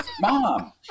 Mom